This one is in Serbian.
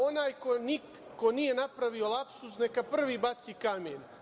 Onaj ko nije napravio lapsus neka prvi baci kamen.